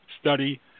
study